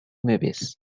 movies